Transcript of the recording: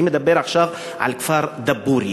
אני מדבר עכשיו על הכפר דבורייה.